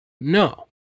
No